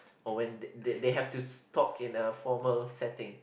or when th~ they have to talk in a formal setting